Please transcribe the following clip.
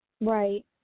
Right